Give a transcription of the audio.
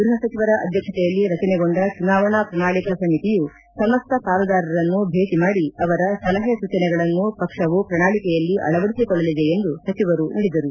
ಗೃಹಸಚಿವರ ಅಧ್ಯಕ್ಷತೆಯಲ್ಲಿ ರಚನೆಗೊಂಡ ಚುನಾವಣಾ ಪ್ರಣಾಳಿಕಾ ಸಮಿತಿಯು ಸಮಸ್ತ ಪಾಲುದಾರರನ್ನು ಭೇಟ ಮಾಡಿ ಅವರ ಸಲಹೆ ಸೂಚನೆಗಳನ್ನು ಪಕ್ಷವು ಪ್ರಣಾಳಕೆಯಲ್ಲಿ ಅಳವಡಿಸಿಕೊಳ್ಳಲಿದೆ ಎಂದು ಸಚಿವರು ನುಡಿದರು